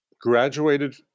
graduated